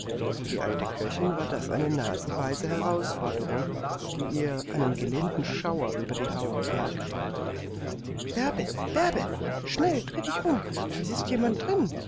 für die alte köchin war das eine naseweise herausforderung die ihr einen gelinden schauder über die haut jagte bärbe bärbe schnell drehe dich um es ist jemand drin